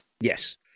Yes